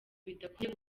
bidakwiye